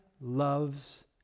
loves